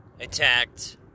attacked